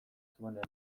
zuenean